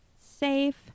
safe